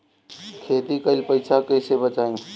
खेती कईल फसल कैसे बचाई?